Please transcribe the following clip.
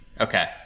Okay